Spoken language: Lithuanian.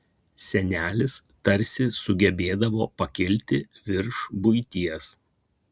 senelis tarsi sugebėdavo pakilti virš buities